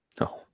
No